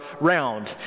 round